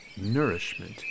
nourishment